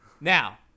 now